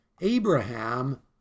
Abraham